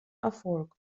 erfolg